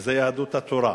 וזה יהדות התורה.